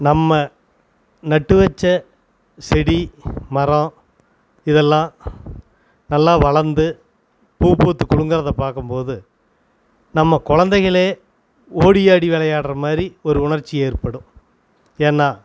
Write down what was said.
நம்ம நட்டுவச்சு செடி மரம் இதெல்லாம் நல்லா வளர்ந்து பூ பூத்து குலுங்கிறதை பார்க்கும் போது நம்ம குழந்தைங்களே ஓடி ஆடி விளையாட்ற மாதிரி ஒரு உணர்ச்சி ஏற்படும் ஏன்னா